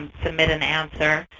submit an answer,